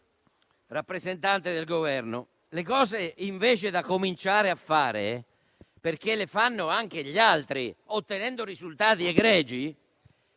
coscienza. Rappresentante del Governo, le cose da cominciare a fare, perché le fanno anche gli altri, ottenendo risultati egregi,